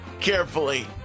carefully